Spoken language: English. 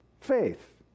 faith